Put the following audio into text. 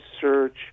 search